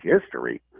history